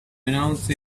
announce